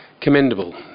commendable